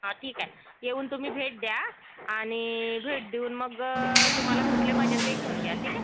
हां ठीक आहे येऊन तुम्ही भेट द्या आणि भेट देऊन मग तुम्हाला कुठले पाहिजेन ते घेऊन घ्या ठीक आहे